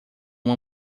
uma